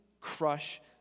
crush